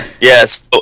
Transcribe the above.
yes